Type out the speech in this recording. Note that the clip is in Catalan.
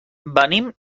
venim